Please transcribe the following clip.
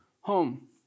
home